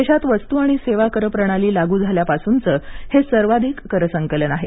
देशात वस्तू आणि सेवा कर प्रणाली लागू झाल्यापासूनचं हे सर्वाधिक कर संकलन आहे